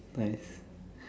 nice